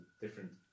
different